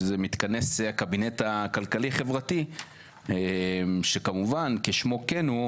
אז מתכנס הקבינט הכלכלי-חברתי שכמובן כשמו כן הוא,